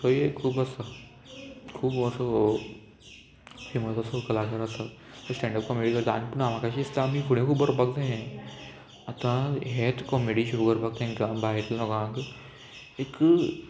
थंय खूब आसा खूब असो फेमस असो कलाकार आसा जो स्टँडअप कॉमेडी करता आनी पूण म्हाका अशें दिसता आमी फुडें खूब बरोवपाक जाय हें आतां हेच कॉमेडी शो करपाक तेंकां भायर लोकांक एक